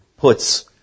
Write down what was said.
puts